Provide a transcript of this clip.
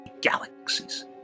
galaxies